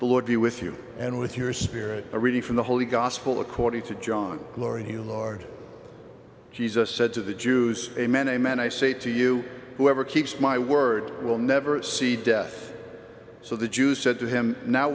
the lord be with if you and with your spirit a reading from the holy gospel according to john glory he lord jesus said to the jews amen amen i say to you whoever keeps my word will never see death so the jews said to him now